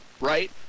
right